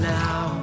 now